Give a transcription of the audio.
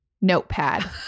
notepad